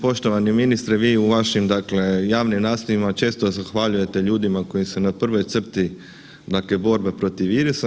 Poštovani ministre, vi u vašim dakle javnim nastupima često zahvaljujete ljudima koji su na prvoj crti dakle borbe protiv virusa.